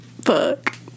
fuck